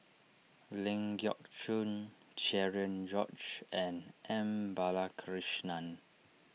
Ling Geok Choon Cherian George and M Balakrishnan